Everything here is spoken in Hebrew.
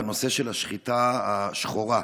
בנושא של השחיטה השחורה.